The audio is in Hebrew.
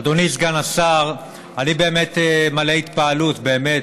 אדוני סגן השר, אני באמת מלא התפעלות, באמת,